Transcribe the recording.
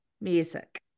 music